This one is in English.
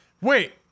Wait